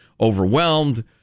overwhelmed